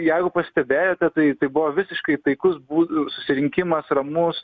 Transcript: jeigu pastebėjote tai tai buvo visiškai taikus bū susirinkimas ramus